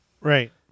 Right